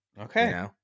Okay